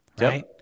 Right